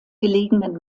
gelegenen